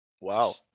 Wow